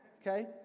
okay